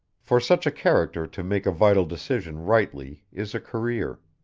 for such a character to make a vital decision rightly is a career.